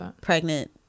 pregnant